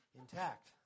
intact